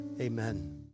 amen